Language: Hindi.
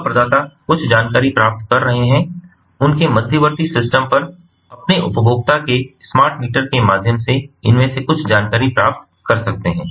सेवा प्रदाता कुछ जानकारी प्राप्त कर रहे हैं उनके मध्यवर्ती सिस्टम पर अपने उपभोक्ता के स्मार्ट मीटर के माध्यम से इनमें से कुछ जानकारी प्राप्त कर सकते हैं